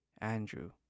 Andrew